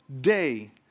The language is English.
day